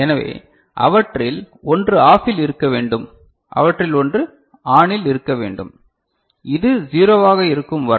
எனவே அவற்றில் ஒன்று ஆஃபில் இருக்க வேண்டும் அவற்றில் ஒன்று ஆனில் இருக்க வேண்டும் இது 0 வாக இருக்கும் வரை